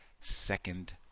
Second